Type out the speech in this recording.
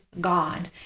God